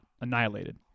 annihilated